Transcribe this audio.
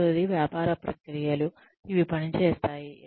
రెండవది వ్యాపార ప్రక్రియలు ఇవి పనిచేస్తాయి